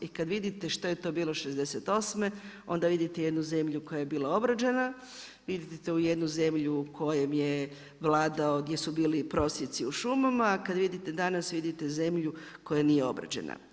I kad vidite što je to bilo '68. onda vidite jednu zemlju koja je bila obrađena, vidite jednu zemlju kojem je vladao, gdje su bili prosjaci u šumama, a kad vidite danas, vidite zemlju koja nije obrađena.